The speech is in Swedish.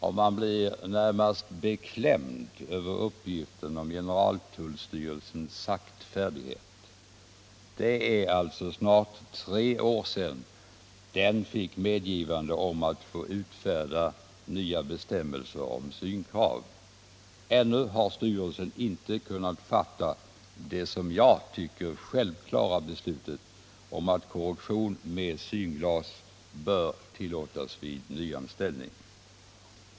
Och man blir närmast beklämd av uppgiften om generaltullstyrelsens saktfärdighet. Det är snart tre år sedan styrelsen fick rätt att utfärda nya bestämmelser om synkrav. Men ännu har styrelsen inte kunnat fatta det som jag tycker självklara beslutet att korrektion med synglas bör tillåtas vid nyanställning.